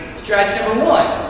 strategy number one.